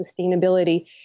sustainability